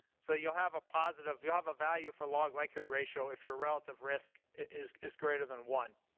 so you'll have a positive, you'll have a value for log likelihood ratio if your relative risk is is greater than one.